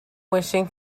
wishing